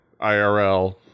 IRL